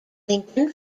lincoln